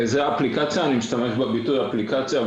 אני קורא לזה אפליקציה,